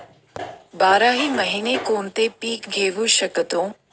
बाराही महिने कोणते पीक घेवू शकतो?